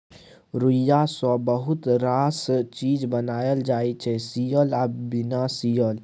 रुइया सँ बहुत रास चीज बनाएल जाइ छै सियल आ बिना सीयल